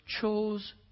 chose